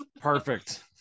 Perfect